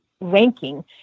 ranking